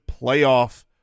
playoff